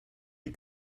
die